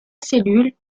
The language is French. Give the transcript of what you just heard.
cellule